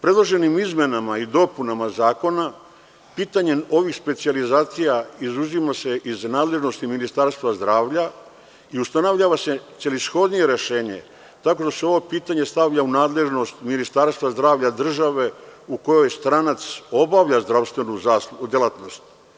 Predloženim izmenama i dopunama zakona pitanje ovih specijalizacija izuzima se iz nadležnosti Ministarstva zdravlja i ustanovljava se celishodnije rešenje, tako da se ovo pitanje stavlja u nadležnost ministarstva zdravlja države u kojoj stranac obavlja zdravstvenu delatnost.